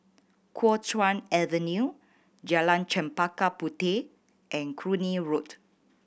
Kuo Chuan Avenue Jalan Chempaka Puteh and Cluny Road